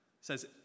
Says